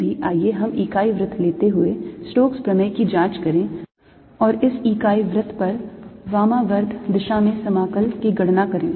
फिर भी आइए हम इकाई वृत्त लेते हुए स्टोक्स प्रमेय की जांच करें और इस इकाई वृत्त पर वामावर्त दिशा में समाकल की गणना करें